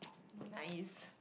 nice